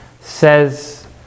says